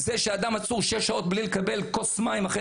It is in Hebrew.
זה שאדם עצור שש שעות בלי לקבל כוס מים אחרי